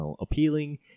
appealing